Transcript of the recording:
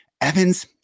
Evans